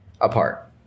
apart